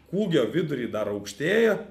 kūgio vidurį dar aukštėja